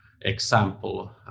example